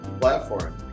platform